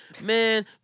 man